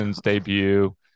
debut